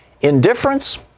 Indifference